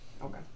Okay